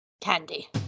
candy